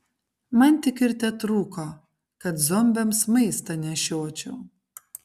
man tik ir tetrūko kad zombiams maistą nešiočiau